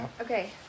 Okay